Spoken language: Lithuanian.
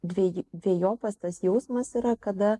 dveji dvejopas tas jausmas yra kada